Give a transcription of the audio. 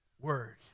word